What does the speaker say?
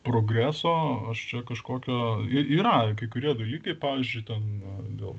progreso aš čia kažkokio i yra kai kurie dalykai pavyzdžiui na gal